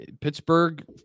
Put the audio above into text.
Pittsburgh